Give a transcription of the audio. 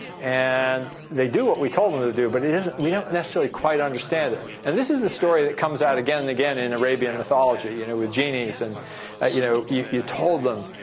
and they do what we told them them to do. but we don't necessarily quite understand it. and this is the story that comes out again and again in arabian mythology you know with genies. and you know you told them